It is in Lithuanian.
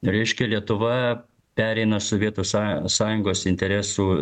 reiškia lietuva pereina sovietų są sąjungos interesų